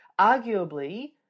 arguably